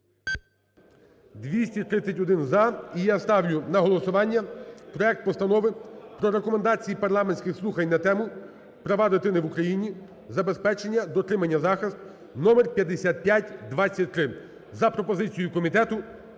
За-231 І я ставлю на голосування проект Постанови про Рекомендації парламентських слухань на тему: "Права дитини в Україні: забезпечення, дотримання, захист" (номер 5523) за пропозицію комітету